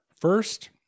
First